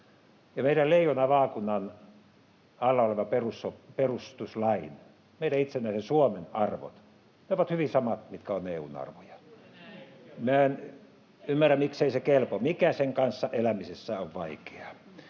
meidän leijonavaakunan alla olevat perustuslain, meidän itsenäisen Suomen arvot ovat hyvin samat kuin ne, mitkä ovat EU:n arvoja. Minä en ymmärrä, mikseivät ne kelpaa. Mikä niiden kanssa elämisessä on vaikeaa?